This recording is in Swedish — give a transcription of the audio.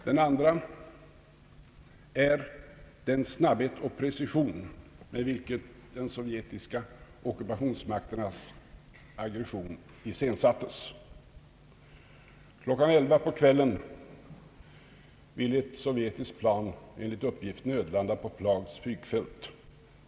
Den andra är den snabbhet och precision med vilken den sovjetiska ockupationsmaktens aggression iscensattes. Allmänpolitisk debatt Klockan elva på kvällen ville ett sovjetiskt plan enligt uppgift nödlanda på Prags flygfält.